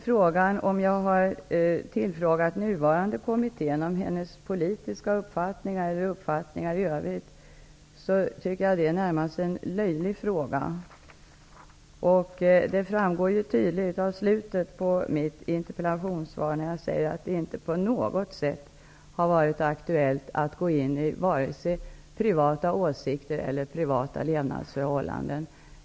Frågan om jag har tagit reda på den nuvarande kommittésekreterarens politiska uppfattning eller uppfattningar i övrigt är närmast löjlig. Det här framgår tydligt när jag i slutet av mitt interpellationssvar säger att det inte på något sätt har varit akutellt att gå in i vare sig på privata åsikter eller på privata levnadsförhållanden.